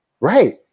Right